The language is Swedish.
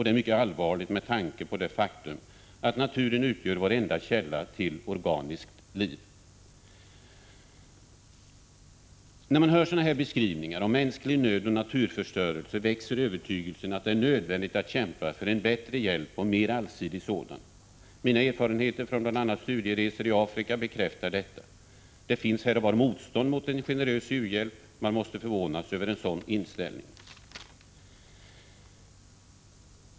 Det är mycket allvarligt med tanke på det faktum att naturen utgör vår enda källa till organiskt liv. När man hör sådana här beskrivningar av mänsklig nöd och naturförstörelse växer övertygelsen att det är nödvändigt att kämpa för en bättre hjälp och en mer allsidig sådan. Mina egna erfarenheter från bl.a. studieresor i Afrika bekräftar detta. Det finns här och var motstånd mot en generös u-hjälp. Man måste förvånas över en sådan inställning. Herr talman!